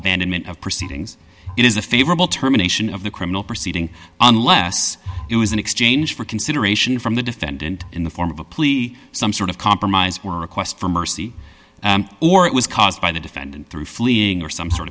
abandonment of proceedings it is a favorable terminations of the criminal proceeding unless it was in exchange for consideration from the defendant in the form of a plea some sort of compromise where request for mercy or it was caused by the defendant through fleeing or some